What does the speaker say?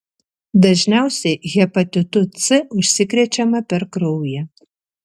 dažniausiai hepatitu c užsikrečiama per kraują